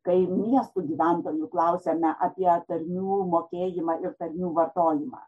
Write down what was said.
kai miestų gyventojų klausėme apie tarmių mokėjimą ir tarmių vartojimą